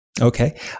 Okay